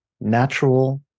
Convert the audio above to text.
natural